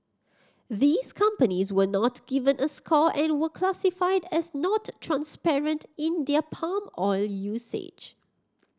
these companies were not given a score and were classified as not transparent in their palm oil usage